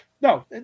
No